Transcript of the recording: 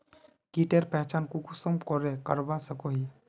कीटेर पहचान कुंसम करे करवा सको ही?